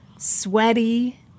sweaty